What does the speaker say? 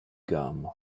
gum